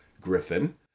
Griffin